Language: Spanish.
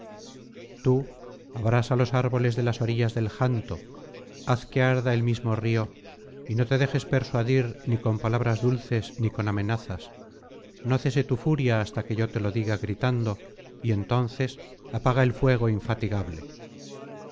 tú abrasa los árboles de las orillas del janto haz que arda el mismo río jj no te dejes persuadir ni con palabras dulces ni con amenazas no cese tu furia hasta que yo te lo diga gritando y entonces apaga el fuego infatigable